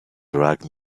drag